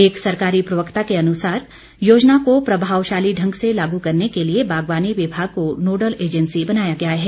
एक सरकारी प्रवक्ता के अनुसार योजना को प्रभावशाली ढंग से लागू करने के लिए बागवानी विभाग को नोडल एजेंसी बनाया गया है